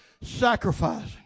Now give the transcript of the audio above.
sacrificing